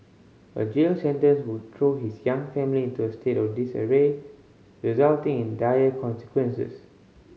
a jail sentence would throw his young family into a state of disarray resulting in dire consequences